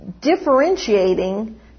differentiating